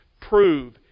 prove